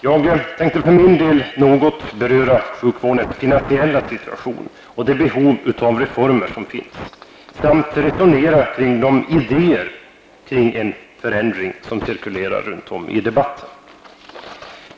Jag tänker för min del att något beröra sjukvårdens finansiella situation och de behov av reformer som finns samt resonera kring de idéer om en förändring som cirkulerar i debatten.